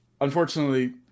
Unfortunately